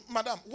Madam